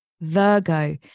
Virgo